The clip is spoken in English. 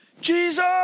Jesus